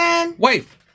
Wife